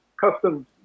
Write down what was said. customs